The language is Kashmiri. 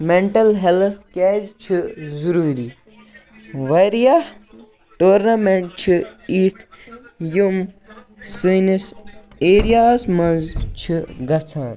مٮ۪نٛٹَل ہٮ۪لٕتھ کیٛازِ چھِ ضٔروٗری واریاہ ٹورنامٮ۪نٛٹ چھِ یِتھۍ یِم سٲنِس ایریاہَس منٛز چھِ گژھان